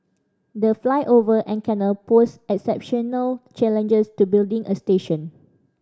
the flyover and canal posed exceptional challenges to building a station